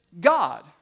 God